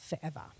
forever